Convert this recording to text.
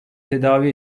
tedavi